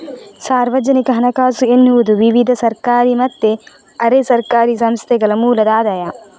ಸಾರ್ವಜನಿಕ ಹಣಕಾಸು ಎನ್ನುವುದು ವಿವಿಧ ಸರ್ಕಾರಿ ಮತ್ತೆ ಅರೆ ಸರ್ಕಾರಿ ಸಂಸ್ಥೆಗಳ ಮೂಲದ ಆದಾಯ